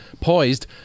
poised